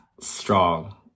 strong